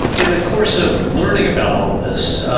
in the course of learning about all of this,